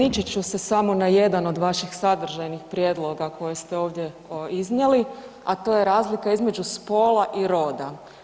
Ograničit ću se samo na jedan od vaših sadržajnih prijedloga koji ste ovdje iznijeli, a to je razlika između spola i roda.